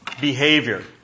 behavior